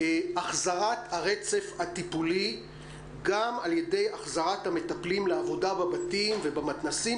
החזרת הרצף הטיפולי גם על ידי החזרת המטפלים לעבודה בבתים ובמתנ"סים